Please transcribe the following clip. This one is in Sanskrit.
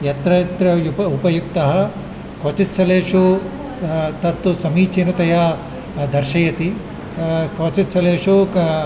यत्र यत्र युप उपयुज्य क्वचित् स्थलेषु तत्तु समीचीनतया दर्शयति क्वचित् स्थलेषु क